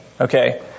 okay